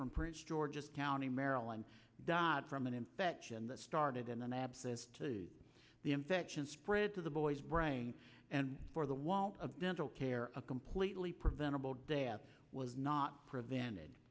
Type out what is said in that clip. from prince george's county maryland died from an infection that started in an abscess to the infection spread to the boy's brain and for the want of dental care a completely preventable death was not prevented